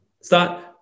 Start